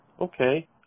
Okay